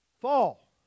fall